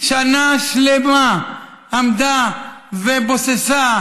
שנה שלמה עמדה ובוססה